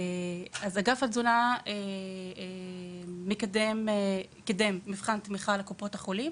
אגף התזונה מקדם מבחן תמיכה לקופות החולים